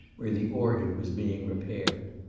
where the organ was being repaired.